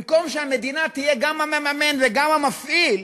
במקום שהמדינה תהיה גם המממן וגם המפעיל,